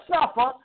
suffer